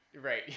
Right